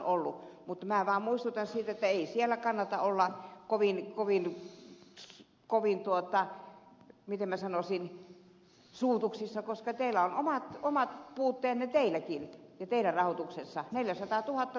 mutta minä vaan muistutan siitä että ei siellä kannata olla kovin miten minä sanoisin suutuksissa koska teillä on omat puutteenne teilläkin ja teidän rahoituksessanne